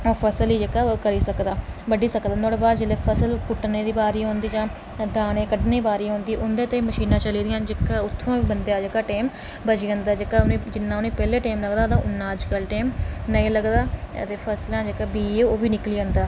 ते फसल जेह्का ओह् करी सकदा ओह् बड्ढी सकदा पर नुहाड़े बाद फसल कुट्टने दी बारी औंदी जां दाने कड्ढने दी बारी औंदी उंदे ताहीं बी मशीनां चली दियां उत्थां बी बंदा जेह्का टैम बची जंदा जेह्का उ'नेंगी उं'दे ताहीं जिन्ना उनेंगी पैह्लें टाईम लगदा उन्ना अज्जकल नेईं लगदा ते फसलें दा जेह्का बीऽ ऐ ओह्बी निकली जंदा